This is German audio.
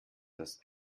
das